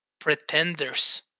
pretenders